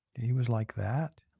he was like that.